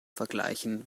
vergleichen